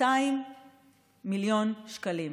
200 מיליון שקלים.